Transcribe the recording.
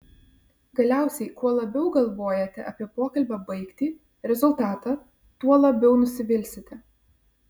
galiausiai kuo labiau galvojate apie pokalbio baigtį rezultatą tuo labiau nusivilsite